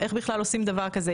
איך בכלל עושים דבר כזה.